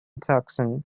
tucson